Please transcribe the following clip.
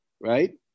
right